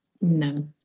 no